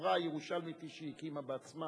החברה הירושלמית היא שהקימה בעצמה,